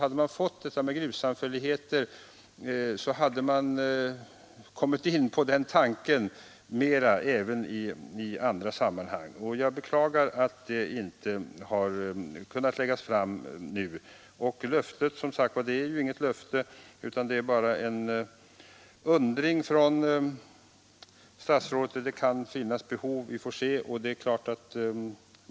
Hade vi fått en lag om täktsamfälligheter hade man kommit in på den tekniken även i andra sammanhang. Jag beklagar alltså att något lagförslag inte har kunnat läggas fram nu. Statsrådet har inte gett något löfte, utan han har bara sagt att det kan finnas behov av sådan lagstiftning.